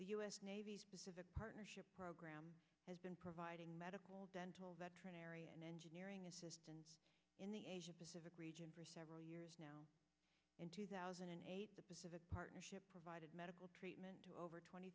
s navy's pacific partnership program has been providing medical dental veterinary and engineering assistance in the asia pacific region for several years now in two thousand and eight the pacific partnership provided medical treatment to over twenty